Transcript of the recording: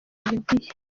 libya